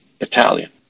italian